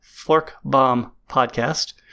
ForkBombPodcast